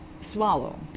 Swallow